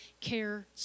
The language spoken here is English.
care